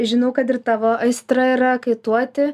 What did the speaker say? žinau kad ir tavo aistra yra kaituoti